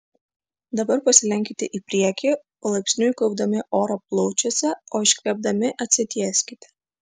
dabar pasilenkite į priekį palaipsniui kaupdami orą plaučiuose o iškvėpdami atsitieskite